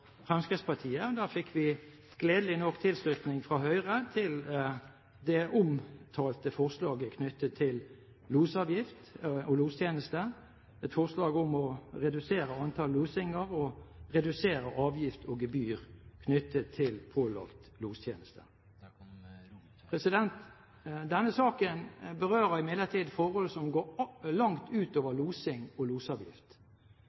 Fremskrittspartiet. Da fikk vi gledelig nok tilslutning fra Høyre til det omtalte forslaget knyttet til losavgift og lostjeneste, et forslag om å redusere antall losinger og redusere avgift og gebyr knyttet til pålagt lostjeneste. Denne saken berører imidlertid forhold som går langt